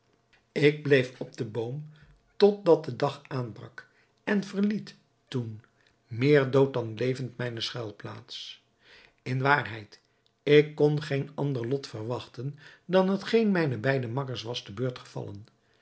ik bleef op den boom totdat de dag aanbrak en verliet toen meer dood dan levend mijne schuilplaats in waarheid ik kon geen ander lot verwachten dan hetgeen mijnen beiden makkers was te beurt gevallen